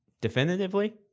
Definitively